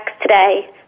today